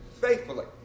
faithfully